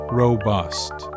robust